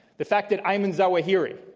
the fact that ayman zawahiri,